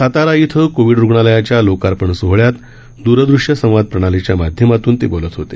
सातारा इथं कोवि रुग्णालयाच्या लोकार्पण सोहळ्यात द्रदृश्य संवाद प्रणालीच्या माध्यमातून ते बोलत होते